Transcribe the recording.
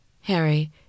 Harry